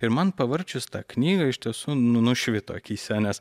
ir man pavarčius tą knygą iš tiesų nu nušvito akyse nes